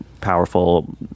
powerful